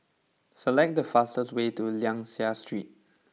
select the fastest way to Liang Seah Street